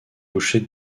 boucher